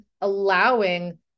allowing